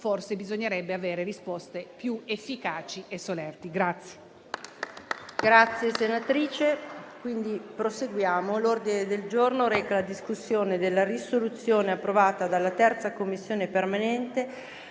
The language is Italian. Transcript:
forse bisognerebbe avere risposte più efficaci e solerti.